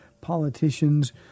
politicians